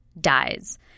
dies